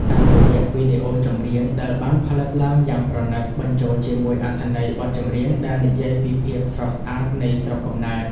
តាមរយៈវីដេអូចម្រៀងដែលបានផលិតឡើងយ៉ាងប្រណីត បញ្ចូលជាមួយអត្ថន័យបទចម្រៀងដែលនិយាយពីភាពស្រស់ស្អាតនៃស្រុកកំណើត។